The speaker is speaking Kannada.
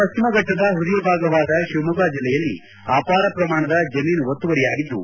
ಪಶ್ಚಿಮಘಟ್ಟದ ಪೃದಯ ಭಾಗವಾದ ಶಿವಮೊಗ್ಗ ಜಿಲ್ಲೆಯಲ್ಲಿ ಅಪಾರ ಪ್ರಮಾಣದ ಜಮೀನು ಒತ್ತುವರಿಯಾಗಿದ್ದು